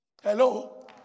Hello